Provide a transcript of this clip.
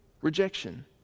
rejection